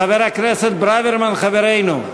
חברנו,